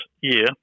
year